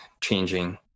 changing